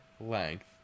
length